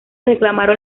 reclamaron